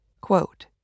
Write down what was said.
quote